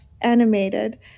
animated